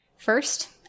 First